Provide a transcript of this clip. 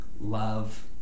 love